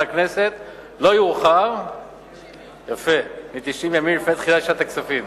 הכנסת לא יאוחר מ-90 ימים לפני תחילת שנת כספים.